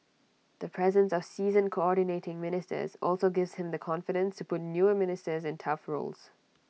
the presence of seasoned Coordinating Ministers also gives him the confidence to put newer ministers in tough roles